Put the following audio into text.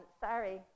sorry